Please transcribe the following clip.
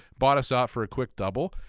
bought us out for a quick double,